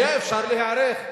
עומס היה אפשר להיערך,